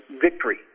victory